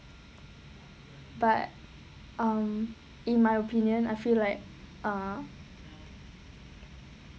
but um in my opinion I feel like uh